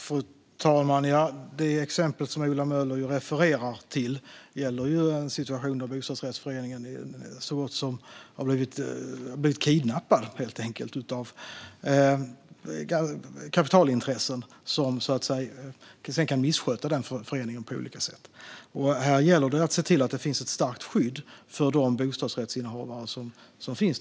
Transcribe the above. Fru talman! Det exempel som Ola Möller refererar till gäller en situation där bostadsrättsföreningen har blivit så gott som kidnappad av kapitalintressen som sedan kan missköta föreningen på olika sätt. Det gäller att se till att det finns ett starkt skydd för bostadsrättsinnehavarna.